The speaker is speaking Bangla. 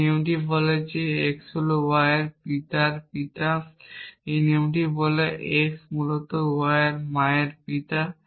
এই নিয়মটি বলে যে x হল y এর পিতার পিতা এই নিয়মটি বলে যে x মূলত y এর মায়ের পিতা